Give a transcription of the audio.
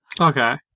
okay